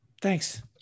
Thanks